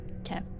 Okay